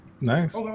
nice